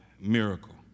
miracle